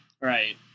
Right